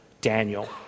Daniel